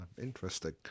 interesting